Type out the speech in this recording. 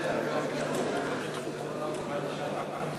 זו הייתה הדגמה של כנסת בלי הנאומים של הח"כים הערבים,